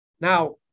Now